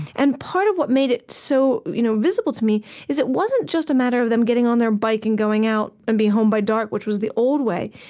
and part of what made it so you know visible to me is, it wasn't just a matter of them getting on their bike and going out and being home by dark, which was the old way.